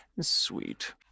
Sweet